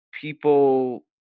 people